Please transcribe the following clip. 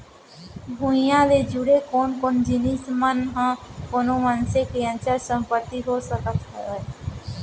भूइयां ले जुड़े कोन कोन जिनिस मन ह कोनो मनसे के अचल संपत्ति हो सकत हवय?